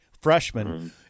freshman